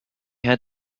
had